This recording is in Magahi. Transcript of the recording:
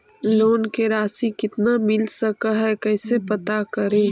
लोन के रासि कितना मिल सक है कैसे पता करी?